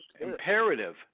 imperative